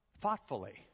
thoughtfully